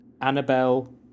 Annabelle